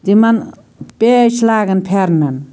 تِمَن پیچ لاگان پھیٚرنن